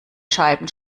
scheiben